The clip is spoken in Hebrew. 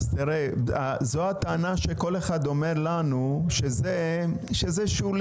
אז תראה, זו הטענה שכל אחד אומר לנו שזה שולי.